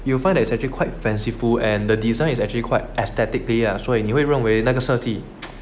you'll find that it's actually quite fanciful and the design is actually quite aesthetically ah 所以你会认为那个设计